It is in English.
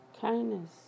Kindness